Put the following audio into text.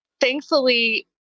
thankfully